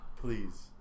Please